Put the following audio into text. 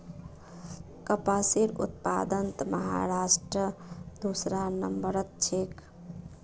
कपासेर उत्पादनत महाराष्ट्र दूसरा नंबरत छेक